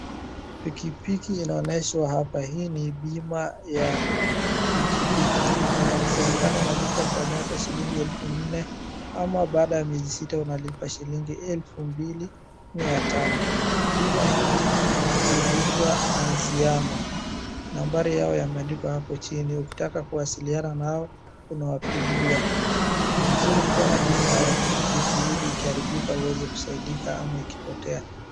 Pikipiki inaonyeshwa hapa, hii ni bima ya pikipiki, inayosemekana unalipa kwa mwaka shilingi elfu nne, ama baada ya miezi sita unalipa shilingi elfu mbili mia tano. Bima hiki inaitwa anziano, nambari yao imeandikwa hapo chini, ukitaka kuwasiliana nao unawapigia. Ni vizuri kuwa na bima ya pikpiki ili ikiaribika uweze kusaidia ama ikipotea.